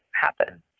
happen